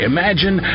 Imagine